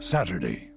Saturday